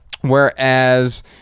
whereas